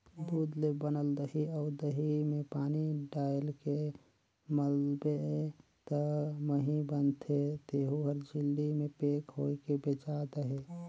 दूद ले बनल दही अउ दही में पानी डायलके मथबे त मही बनथे तेहु हर झिल्ली में पेक होयके बेचात अहे